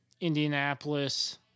Indianapolis